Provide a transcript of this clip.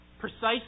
precisely